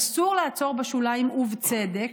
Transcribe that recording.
אסור לעצור בשוליים, ובצדק,